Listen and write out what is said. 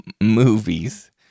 movies